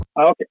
okay